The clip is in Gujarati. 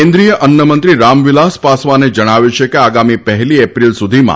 કેન્દ્રીય અન્નમંત્રી રામવિલાસ પાસવાને જણાવ્યુ છે કે આગામી પહેલી એપ્રીલ સુધીમાં